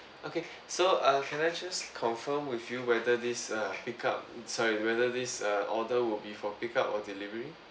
okay so uh can I just confirm with you whether this err pick up sorry whether this uh order would be for pick up or delivery